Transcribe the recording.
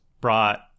brought